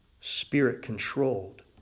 spirit-controlled